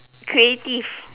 creative